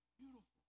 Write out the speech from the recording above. beautiful